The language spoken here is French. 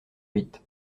huit